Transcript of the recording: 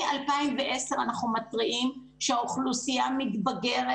מ-2010 אנחנו מתריעים שהאוכלוסייה מתבגרת